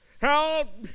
Help